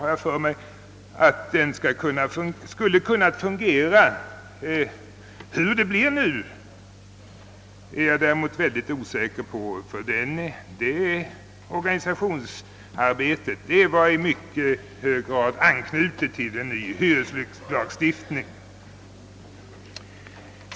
Man hade hoppats att den också skulle börja fungera den 1 januari. Hur det nu kommer att bli är jag däremot osäker på, ty detta organisationsarbete byggde i mycket hög grad på en ny hyreslagstiftning.